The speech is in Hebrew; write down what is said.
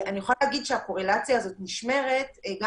אני יכולה להגיד שהקורלציה הזאת נשמרת גם